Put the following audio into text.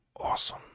awesome